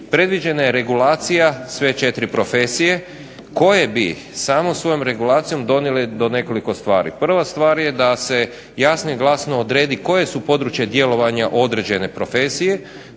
predviđena je regulacija sve 4 profesije koje bi samo svojom regulacijom dovele do nekoliko stvari. Prva stvar je da se jasno i glasno odredi koje su područje djelovanja određene profesije.